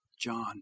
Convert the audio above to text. John